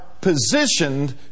positioned